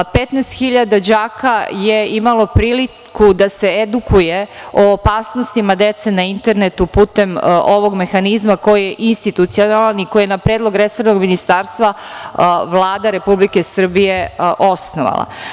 Petnaest hiljada đaka je imalo priliku da se edukuje o opasnostima dece na internetu putem ovog mehanizma koji je institucionalan i koji je na predlog resornog ministarstva Vlada Republike Srbije osnovala.